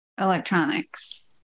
electronics